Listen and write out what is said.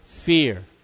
Fear